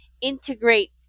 integrate